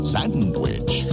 Sandwich